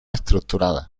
estructurada